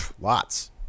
lots